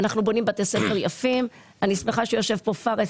ואני מקווה לפעול בעניין